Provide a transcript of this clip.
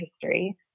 history